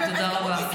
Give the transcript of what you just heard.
באמת --- תודה רבה.